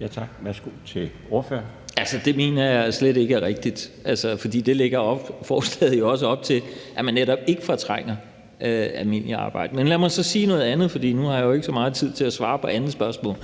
Kim Valentin (V): Altså, det mener jeg slet ikke er rigtigt, og forslaget lægger jo også op til, at man netop ikke fortrænger almindeligt arbejde. Men lad mig så sige noget andet, for nu har jeg jo ikke så meget tid til at svare på andet spørgsmål.